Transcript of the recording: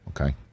Okay